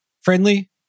friendly